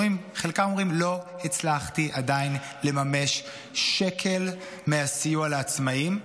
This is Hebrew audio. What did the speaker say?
חלקם אומרים: עדיין לא הצלחתי לממש שקל מהסיוע לעצמאים,